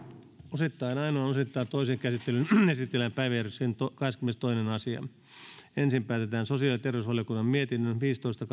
osittain ainoaan osittain toiseen käsittelyyn esitellään päiväjärjestyksen kahdeskymmenestoinen asia ensin päätetään sosiaali ja terveysvaliokunnan mietinnön viisitoista